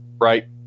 right